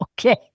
Okay